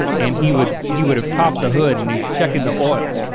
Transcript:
and he would he would have popped the hood and he's checking the oil.